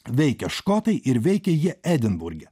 veikia škotai ir veikia jie edinburge